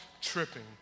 tripping